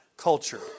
culture